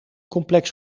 complex